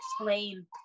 explain